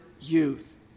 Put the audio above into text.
youth